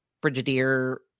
Brigadier